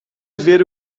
ver